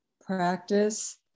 practice